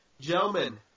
Gentlemen